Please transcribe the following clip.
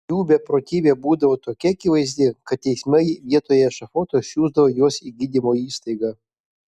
jų beprotybė būdavo tokia akivaizdi kad teismai vietoje ešafoto siųsdavo juos į gydymo įstaigą